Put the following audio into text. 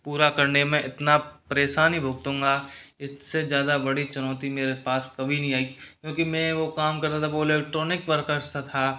पूरा करने में इतना परेशानी भुगतूँगा इससे ज़्यादा बड़ी चुनौती मेरे पास कभी नहीं आई क्योंकि मैं वो काम करता था वो इलेक्ट्रॉनिक वर्कर्स का था